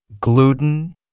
gluten